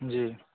जी